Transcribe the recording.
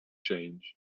change